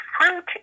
fruit